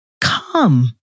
Come